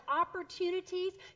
opportunities